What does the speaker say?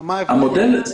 מה ההבדל?